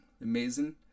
amazing